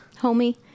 Homie